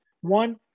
one